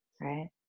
right